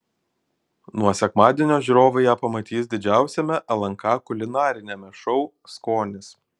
nuo sekmadienio žiūrovai ją pamatys didžiausiame lnk kulinariniame šou skonis